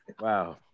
Wow